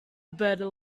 better